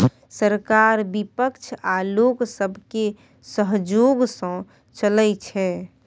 सरकार बिपक्ष आ लोक सबके सहजोग सँ चलइ छै